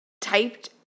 typed